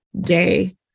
day